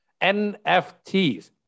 NFTs